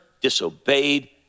disobeyed